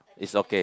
is okay